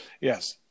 Yes